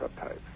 subtypes